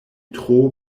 tro